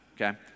okay